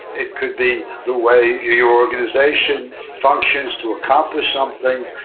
it could be the way your organization functions to accomplish something.